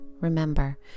remember